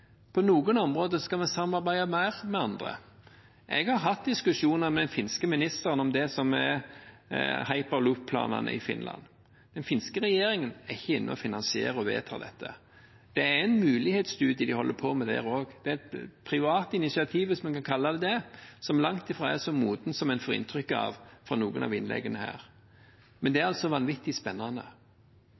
På noen områder skal vi samarbeide mer med andre. Jeg har hatt diskusjoner med den finske ministeren om hyperloop-planene i Finland. Den finske regjeringen er ikke inne og finansierer og vedtar dette. Det er en mulighetsstudie de holder på med der også. Det er et privat initiativ, hvis man kan kalle det det, som langt ifra er så modent som en får inntrykk av fra noen av innleggene her. Men det er altså vanvittig spennende.